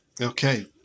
Okay